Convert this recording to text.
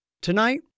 Tonight